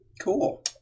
Cool